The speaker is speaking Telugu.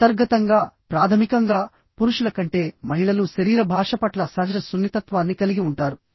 అంతర్గతంగా ప్రాథమికంగా పురుషుల కంటే మహిళలు శరీర భాష పట్ల సహజ సున్నితత్వాన్ని కలిగి ఉంటారు